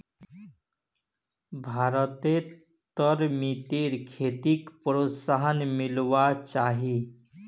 भारतत तरमिंदेर खेतीक प्रोत्साहन मिलवा चाही